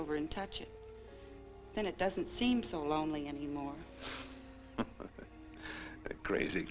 over and touch it and it doesn't seem so lonely anymore but crazy